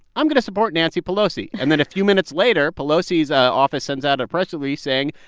i'm going to support nancy pelosi. and then a few minutes later, pelosi's office sends out a press release saying,